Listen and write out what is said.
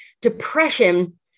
Depression